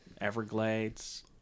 Everglades